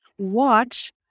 watch